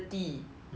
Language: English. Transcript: mm